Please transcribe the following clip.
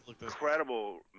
incredible